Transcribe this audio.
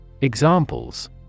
Examples